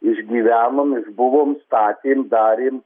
išgyvenom išbuvom statėm darėm